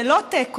זה לא תיקו,